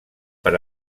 per